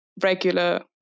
regular